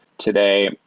today,